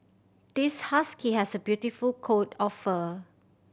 this husky has a beautiful coat of fur